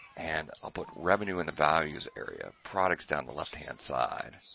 and i'll put revenue in the values area, products down the left hand side